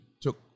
took